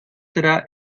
será